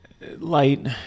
light